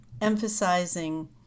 emphasizing